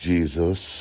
Jesus